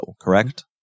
correct